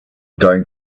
going